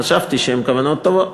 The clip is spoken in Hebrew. חשבתי שהן כוונות טובות.